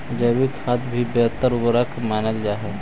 जैविक खाद भी बेहतर उर्वरक मानल जा हई